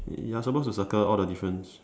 you're supposed to circle all the difference